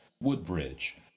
Woodbridge